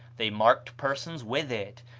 they marked persons with it,